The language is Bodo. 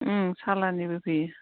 उम सालानिबो फैयो